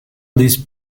this